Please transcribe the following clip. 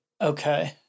Okay